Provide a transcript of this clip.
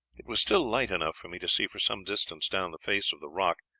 it was still light enough for me to see for some distance down the face of the rock,